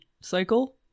cycle